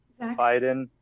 Biden